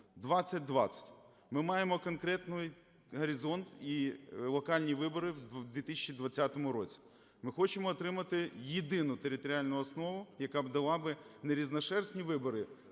2020". Ми маємо конкретний горизонт і локальні вибори у 2020 році. Ми хочемо отримати єдину територіальну основу, яка б дала б не "різношерстні" вибори: